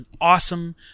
awesome